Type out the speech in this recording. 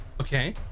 okay